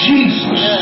Jesus